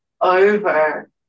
over